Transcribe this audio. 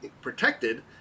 protected